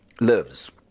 lives